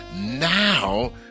now